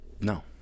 No